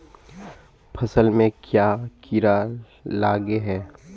फसल में क्याँ कीड़ा लागे है?